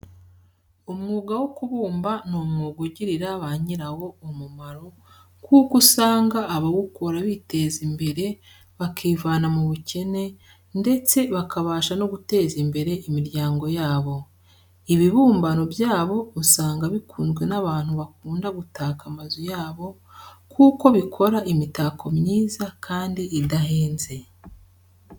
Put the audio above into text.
Umwuga wo kubumba ni umwuga ugirira ba nyirawo umumaro, kuko usanga abawukora biteza imbere bakivana mu bukene, ndetse bakabasha no guteza imbere imiryango yabo. Ibibumbano byabo usanga bikunzwe n'abantu bakunda gutaka amazu yabo, kuko bikora imitako myiza kandi idahenze.